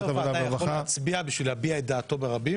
בעד ההצעה להעביר את הצעות החוק לוועדה 4 נגד,